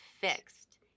fixed